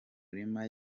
mirima